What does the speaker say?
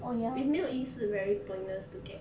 if 没有意思 very pointless to get